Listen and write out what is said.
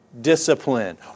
discipline